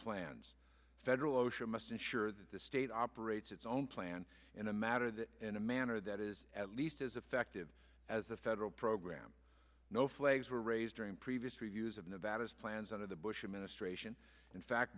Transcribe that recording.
plans federal osha must ensure that the state operates its own plan in a matter that in a manner that is at least as effective as the federal program no flags were raised during previous reviews of nevada's plans under the bush administration in fact